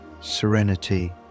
serenity